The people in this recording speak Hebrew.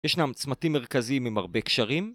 ישנם צמתים מרכזיים עם הרבה קשרים.